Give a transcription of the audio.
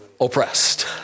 oppressed